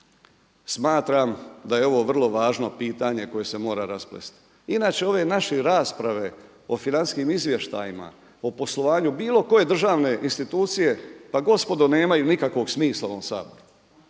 smatram da je ovo vrlo važno pitanje koje se mora rasplesti. Inače ove naše rasprave o financijskim izvještajima, o poslovanju bilo koje državne institucije pa gospodo nemaju nikakvog smisla u ovom saboru.